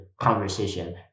conversation